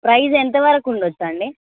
price ఎంతవరకు ఉండచ్చు అండి